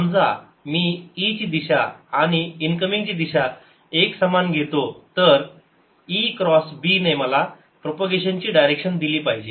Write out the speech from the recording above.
समजा मी e ची दिशा आणि इन्कमिंग ची दिशा एकसमान घेतो तर e क्रॉस b ने मला प्रपोगेशन ची डायरेक्शन दिली पाहिजे